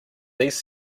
these